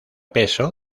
peso